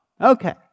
Okay